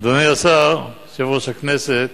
אדוני השר, יושב-ראש הכנסת,